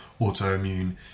autoimmune